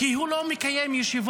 כי הוא לא מקיים ישיבות.